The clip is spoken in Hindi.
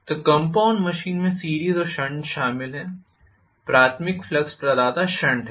तो कंपाउंड मशीन में सीरीस और शंट शामिल है प्राथमिक फ्लक्स प्रदाता शंट है